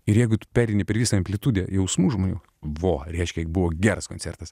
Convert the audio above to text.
ir jeigu tu pereini per visą amplitudę jausmų žmonių buvo reiškia buvo geras koncertas